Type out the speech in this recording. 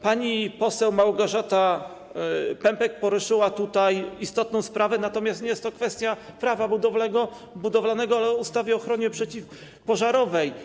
Pani poseł Małgorzata Pępek poruszyła tutaj istotną sprawę, natomiast nie jest to kwestia Prawa budowlanego, ale ustawy o ochronie przeciwpożarowej.